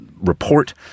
report